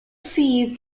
seize